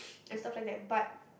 and stuff like that but